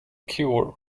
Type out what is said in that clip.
cure